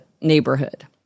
neighborhood